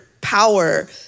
power